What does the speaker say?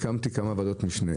הקמתי כמה ועדות משנה